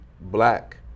Black